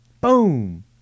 Boom